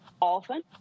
often